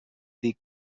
dir